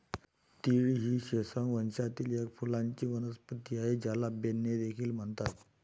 तीळ ही सेसमम वंशातील एक फुलांची वनस्पती आहे, ज्याला बेन्ने देखील म्हणतात